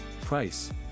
Price